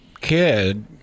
kid